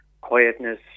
quietness